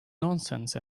nonsense